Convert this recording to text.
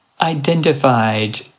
identified